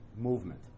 movement